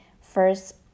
First